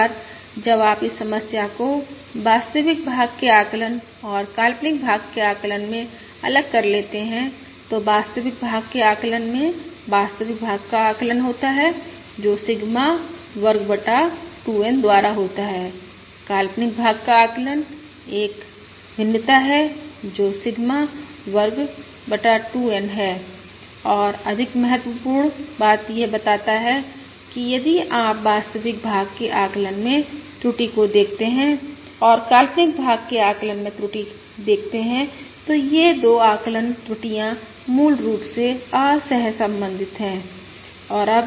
एक बार जब आप इस समस्या को वास्तविक भाग के आकलन और काल्पनिक भाग के आकलन में अलग कर लेते हैं तो वास्तविक भाग के आकलन में वास्तविक भाग का आकलन होता है जो सिग्मा वर्ग बटा 2N द्वारा होता है काल्पनिक भाग का आकलन एक भिन्नता है जो सिग्मा वर्ग 2N है और अधिक महत्वपूर्ण बात यह बताता है कि यदि आप वास्तविक भाग के आकलन में त्रुटि को देखते हैं और काल्पनिक भाग के आकलन में त्रुटि देखते हैं तो ये 2 आकलन त्रुटियां मूल रूप से असहसंबंधित हैं